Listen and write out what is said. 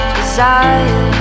desire